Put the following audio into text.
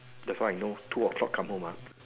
that's why I know two o-clock come home mah